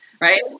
right